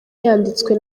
yanditswe